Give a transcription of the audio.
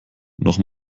noch